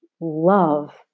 love